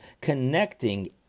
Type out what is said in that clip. connecting